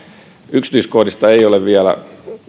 yksityiskohdista ei ei ole vielä